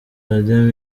radio